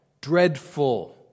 dreadful